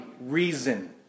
reason